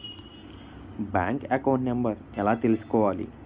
Bank account number ఎలా తీసుకోవాలి?